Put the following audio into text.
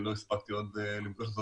לא הספקתי עוד לפגוש אותו